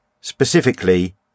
specifically